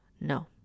No